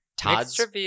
Todd's